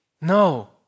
No